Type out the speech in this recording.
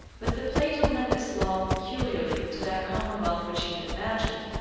but that plato meant this law peculiarly to that commonwealth which he had imagined,